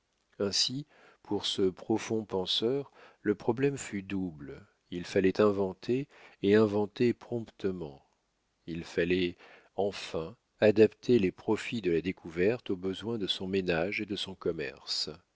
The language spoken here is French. ainsi pour ce profond penseur le problème fut double il fallait inventer et inventer promptement il fallait enfin adapter les profits de la découverte aux besoins de son ménage et de son commerce